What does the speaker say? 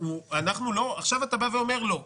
עכשיו אתה אומר: לא,